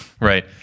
Right